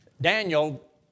Daniel